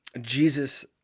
jesus